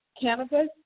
cannabis